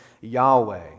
Yahweh